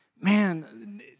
man